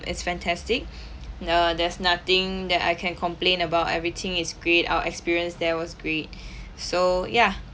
it's fantastic uh there's nothing that I can complain about everything is great our experience there was great so ya